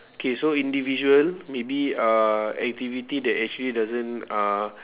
K so individual maybe uh activity that actually doesn't uh